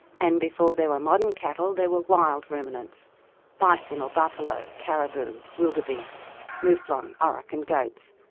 and before there were modern cattle there were wild ruminants bison or buffalo, caribou, wildebeest, mouflon, auroch and goats.